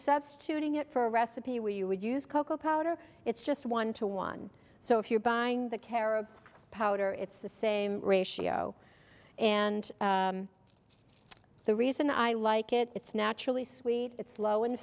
substituting it for a recipe where you would use cocoa powder it's just one to one so if you're buying the carob powder it's the same ratio and the reason i like it it's naturally sweet it's low in